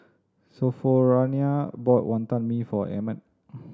Sophronia bought Wantan Mee for Emmet